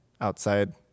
outside